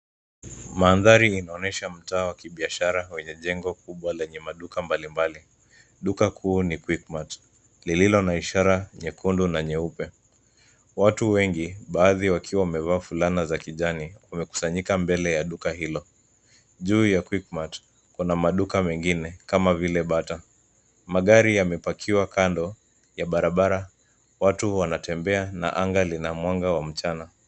Mandhari inaonyesha mtaa wa kibiashara wenye jengo kubwa lenye maduka mbalimbali. Duka kuu ni Quickmart lililo na ishara nyekundu na nyeupe. Watu wengi baadhi wakiwa wamevaa fulana za kijani wamekusanyika mbele ya duka hilo. Juu ya Quickmart pana maduka mengine kama vile Bata. Magari yamepakiwa kando ya barabara, watu wanatembea na anga lina mwanga wa mchana.